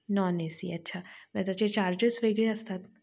non A C अच्छा मग त्याचे चार्जेस वेगळे असतात